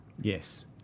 Yes